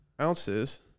ounces